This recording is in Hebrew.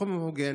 סכום הוגן.